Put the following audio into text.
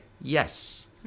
yes